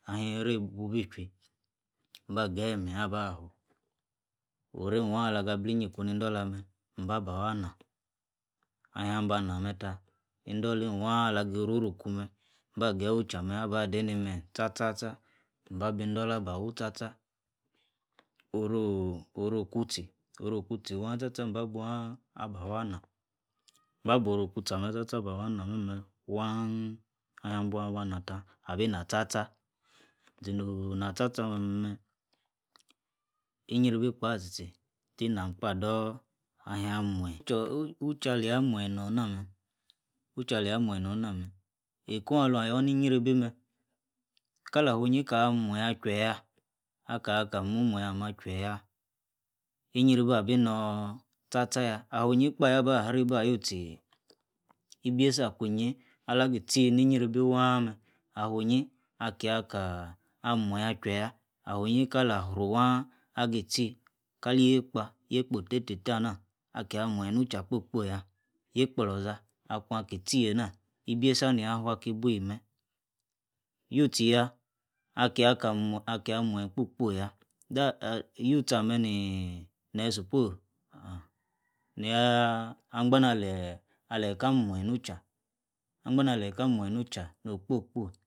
Anhiri- ibu- bi chwui. mba- geyi menyi aba fu oreim waah alaga blinyi- ku nido lah meh. mba- ba- fua nah. ahia ba na meh tah. indolein wah ala gi ruru ikumeh, mba geyi ucha meh ah deini- menyi tcha- tcha, oro- oroku- tchi oro- kuta wah tcha- tcha ambn bu ah ba fua nah. mba- boro kun- tchi ah- meh tcha- tcha aba fuo nah meh. meh waaanh. ahian bua bah- nah tah. abi na tcha- tcha. zino'h onah tcha- tcha ah- meh- meh inyribi- kpah tchi- tchi. ti nam- kpạh dor. ahi- an muenyi. ucha alia muenyi nah- meh. ucha alia muenyi norn nah- meh, eko'one aluan yor niyribi meh kala fuenyi. ka- muenyi ah- chwue- yah. ah- kala muoh- muenyi ah- meh ah- chwue- yah, inyribi abi nor. tcha- tcha yah, afuniyi- kpa yah- ba hribi ah- youtchi ibieisa akunyi alagi- tcha ni- yribi waah- meh afunyini. akia- kah muenyi ah- chwue- yah. awinyi kala afru- wah agi- tchi kaki- kpa, yeikpa oh- tei- tei ah- nah ah kii muen- yi nu cha kpoi- kpoi yah, yeikpa oloza. kwanki tchi einah, ibieisa nia- fuaki bwinyi, meh. yiu- tchi yah. akiaka- muenyi kpo- kpo yah. dah- ah you tcha- ah meh nii neeh- suppose, niaah, angba na leyi, aleyi kah- muenyi nu cha. angba ma leyi ka muenyi nu- cha, noh- kpo- kpo.